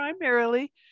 primarily